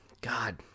God